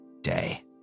day